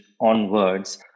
onwards